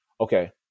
okay